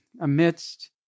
amidst